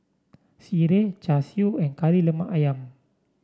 sireh Char Siu and Kari Lemak ayam